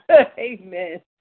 Amen